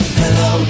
hello